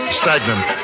stagnant